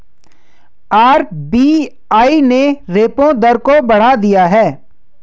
RBI ने repo दर को बढ़ा दिया है